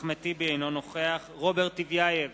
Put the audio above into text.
אינו נוכח רוברט טיבייב,